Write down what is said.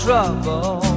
Trouble